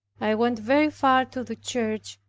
i went very far to the church,